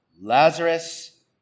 Lazarus